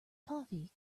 toffee